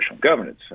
governance